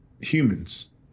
humans